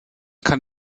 kann